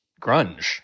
grunge